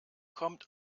kommt